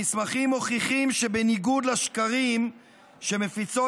המסמכים מוכיחים שבניגוד לשקרים שמפיצות